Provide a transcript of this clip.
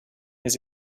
his